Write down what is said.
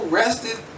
rested